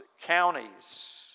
counties